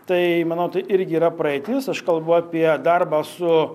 tai manau tai irgi yra praeitis aš kalbu apie darbą su